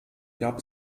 gab